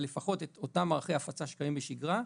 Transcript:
לפחות את אותם מערכי הפצה שקיימים בשגרה,